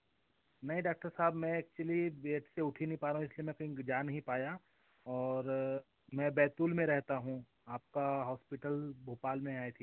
नहीं डॉक्टर साहब मैं एक्चुअली बेड से उठ ही नहीं पा रहा हूँ इसलिए मैं कहीं जा नहीं पाया और मैं बैतूल में रहता हूँ आपका हॉस्पिटल भोपाल में है आई थिंक